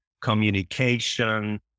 communication